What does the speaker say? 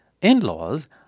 In-laws